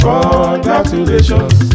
Congratulations